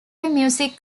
music